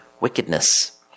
wickedness